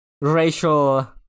racial